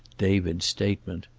david's statement.